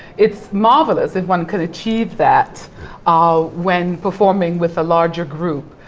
it's marvelous if one could achieve that ah, when performing with a larger group,